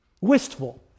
Wistful